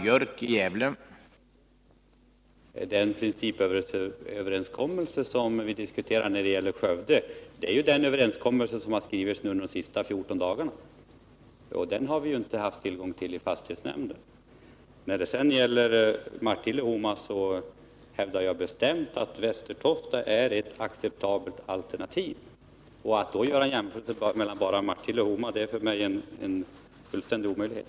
Herr talman! Den principöverenskommelse som vi diskuterar när det gäller Skövde är ju den överenskommelse som har träffats nu under de senaste 14 144 dagarna. Den har vi ju inte haft tillgång till i fastighetsnämnden. Då det gäller Martille och Homa hävdar jag bestämt att Väster Toftavägen är ett acceptabelt alternativ. Att då göra en jämförelse bara mellan Martille och Homa är för mig helt orimligt.